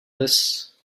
this